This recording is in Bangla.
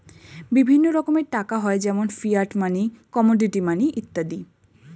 বিভিন্ন রকমের টাকা হয় যেমন ফিয়াট মানি, কমোডিটি মানি ইত্যাদি